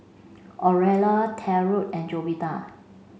Aurelia Trent and Jovita